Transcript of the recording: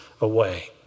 away